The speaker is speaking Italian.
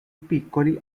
piccoli